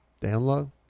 Download